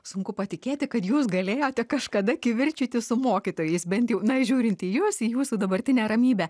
sunku patikėti kad jūs galėjote kažkada kivirčytis su mokytojais bent jau na įžiūrint į jus į jūsų dabartinę ramybę